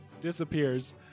disappears